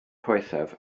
poethaf